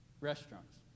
restaurants